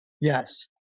Yes